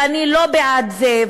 ואני לא בעד זה,